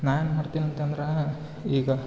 ನಾಯೇನು ಮಾಡ್ತೀನಿ ಅಂತಂದ್ರೆ ಈಗ